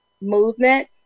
movement